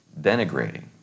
denigrating